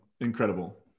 incredible